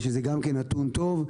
שזה גם כן נתון טוב.